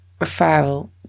referral